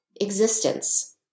existence